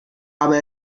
aber